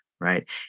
right